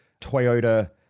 Toyota